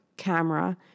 camera